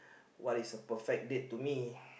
what is a perfect date to me